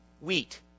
Wheat